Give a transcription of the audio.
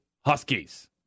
Huskies